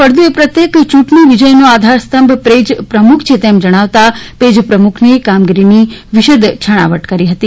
ફળદુએ પ્રત્યેક યૂંટણી વિજયનો આધારસ્તંભ પેજપ્રમુખ છે તેમ જણાવતાં પેજ પ્રમુખની કામગીરીની વિરાદ છણાવટ કરી હતી